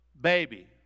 baby